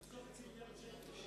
יחסוך חצי מיליארד שקל.